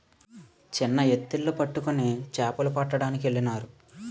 చిన్న ఎత్తిళ్లు పట్టుకొని సేపలు పట్టడానికెళ్ళినారు